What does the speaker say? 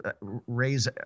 raise